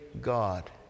God